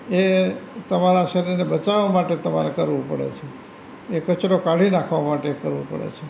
એ તમારા શરીરને બચાવવાં માટે તમારે કરવું પડે છે એ કચરો કાઢી નાખવા માટે કરવો પડે છે